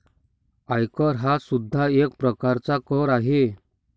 आयकर हा सुद्धा एक प्रकारचा कर आहे